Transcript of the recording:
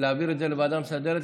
להעביר את זה לוועדה מסדרת,